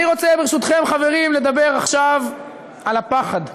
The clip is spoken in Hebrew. אני רוצה, ברשותכם, חברים, לדבר עכשיו על הפחד,